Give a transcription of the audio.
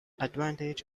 advantage